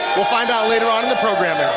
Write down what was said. we'll find out later on in the program, now.